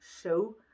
show